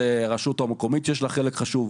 אם זו הרשות המקומית, שיש לה חלק חשוב.